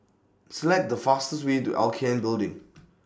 Select The fastest Way to L K N Building